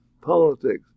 politics